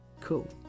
Cool